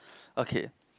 okay